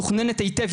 מתוכננת היטב,